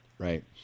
right